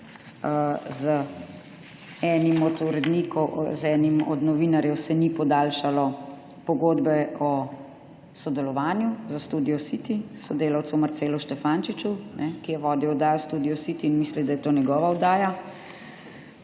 z enim od urednikov, novinarjev se ni podaljšalo pogodbe o sodelovanju, za Studio City sodelavcu Marcelu Štefančiču, ki je vodil oddajo Studio City in misli, da je to njegova oddaja.